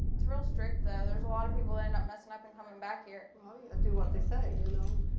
it's real strict, though. there's a lot of people that end up messing up and coming back here. well, you do what they say, you know?